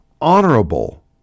honorable